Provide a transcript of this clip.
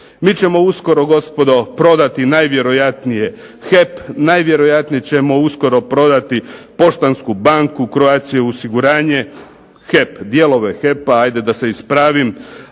Mi ćemo uskoro gospodo prodati najvjerojatnije HEP, najvjerojatnije ćemo uskoro prodati Poštansku banku, Croatia osiguranje, HEP, dijelove HEP-a ajde da se ispravim,